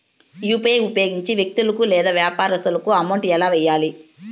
UPI ఉపయోగించి వ్యక్తులకు లేదా వ్యాపారస్తులకు అమౌంట్ ఎలా వెయ్యాలి